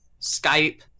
Skype